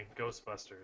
Ghostbusters